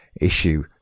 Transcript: issue